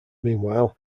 meanwhile